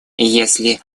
если